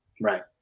Right